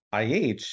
IH